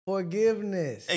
Forgiveness